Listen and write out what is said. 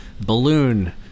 balloon